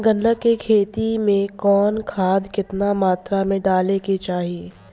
गन्ना के खेती में कवन खाद केतना मात्रा में डाले के चाही?